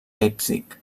leipzig